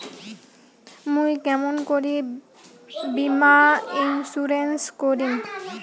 মুই কেমন করি বীমা ইন্সুরেন্স করিম?